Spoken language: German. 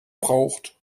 braucht